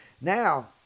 Now